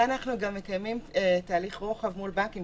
בגלל זה אנחנו גם מקיימים תהליך רוחב מול בנקים,